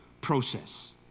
process